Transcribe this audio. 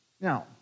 Now